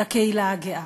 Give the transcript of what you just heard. לקהילה הגאה.